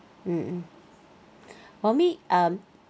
mmhmm for me um